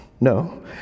No